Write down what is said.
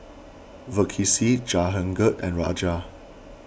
Verghese Jehangirr and Raja